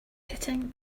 hitting